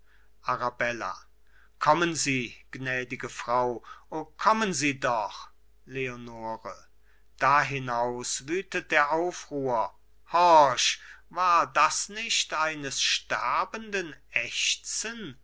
arabella kommen sie gnädige frau o kommen sie doch leonore dahinaus wütet der aufruhr horch war das nicht eines sterbenden ächzen